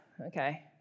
Okay